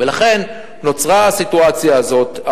ולכן נוצרה הסיטואציה הזאת.